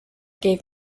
gave